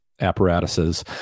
Apparatuses